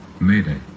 Mayday